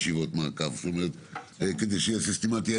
מעקב, כדי שיהיה סיסטמתי.